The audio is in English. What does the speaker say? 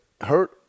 hurt